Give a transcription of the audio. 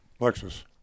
Lexus